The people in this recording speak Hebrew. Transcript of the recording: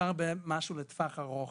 מדובר במשהו לטווח ארוך,